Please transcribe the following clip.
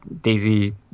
Daisy